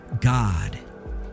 God